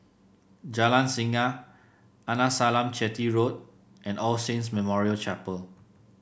Jalan Singa Arnasalam Chetty Road and All Saints Memorial Chapel